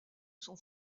son